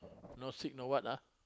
no sick no what ah